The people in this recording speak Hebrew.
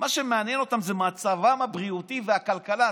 מה שמעניין אותם זה מצבם הבריאותי והכלכלה.